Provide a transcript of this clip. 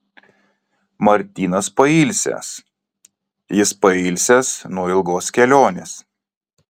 martynas pailsęs jis pailsęs nuo ilgos kelionės